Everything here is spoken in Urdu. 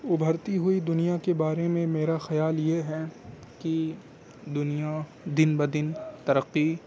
ابھرتی ہوئی دنیا کے بارے میں میرا خیال یہ ہے کہ دنیا دن بہ دن ترقی